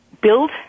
build